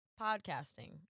podcasting